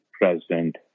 President